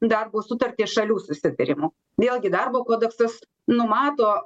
darbo sutartį šalių susitarimu vėlgi darbo kodeksas numato